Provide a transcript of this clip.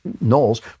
Knowles